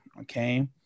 okay